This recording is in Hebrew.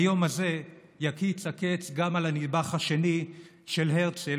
ביום הזה יקיץ הקץ גם על הנדבך השני של הרצל,